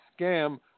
scam